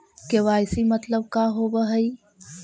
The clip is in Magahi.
के.वाई.सी मतलब का होव हइ?